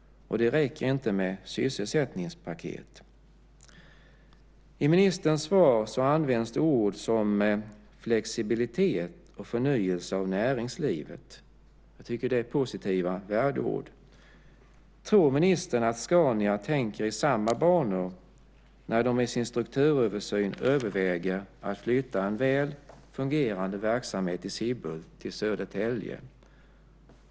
Det räcker inte med sysselsättningspaket. I ministerns svar används ord som flexibilitet och förnyelse av näringslivet. Jag tycker att det är positiva värdeord. Tror ministern att Scania tänker i samma banor när de i sin strukturöversyn överväger att flytta en väl fungerande verksamhet i Sibbhult till Södertälje?